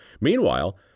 meanwhile